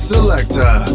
Selector